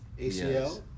ACL